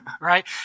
right